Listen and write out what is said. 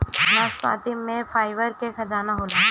नाशपाती में फाइबर के खजाना होला